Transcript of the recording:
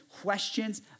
questions